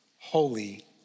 Holy